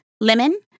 lemon